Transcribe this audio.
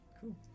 Cool